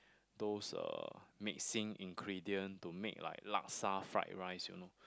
those uh mixing ingredient to make like laksa fried rice you know